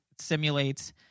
simulates